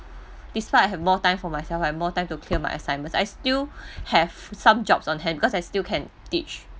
despite I have more time for myself I have more time to clear my assignments I still have some jobs on hand because I still can teach